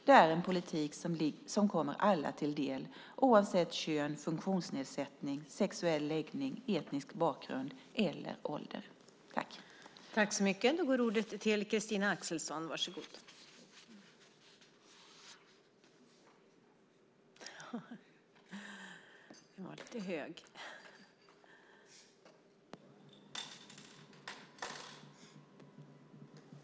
Det är en politik som kommer alla till del oavsett kön, funktionsnedsättning, sexuell läggning, etnisk bakgrund eller ålder.